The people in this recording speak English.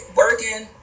working